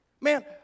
Man